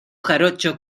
jarocho